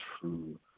true